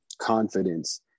confidence